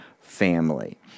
family